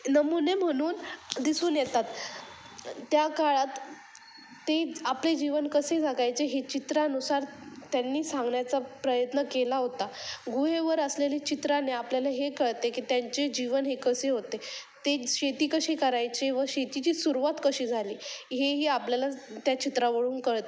नमुने म्हणून दिसून येतात त्या काळात ते आपले जीवन कसे जगायचे हे चित्रानुसार त्यांनी सांगण्याचा प्रयत्न केला होता गुहेवर असलेले चित्राने आपल्याला हे कळते की त्यांचे जीवन हे कसे होते ते शेती कशी करायचे व शेतीची सुरुवात कशी झाली हे ही आपल्याला त्या चित्रावरून कळते